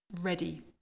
ready